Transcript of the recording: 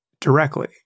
directly